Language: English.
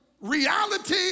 reality